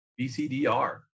BCDR